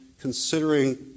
considering